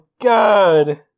god